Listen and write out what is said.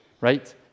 right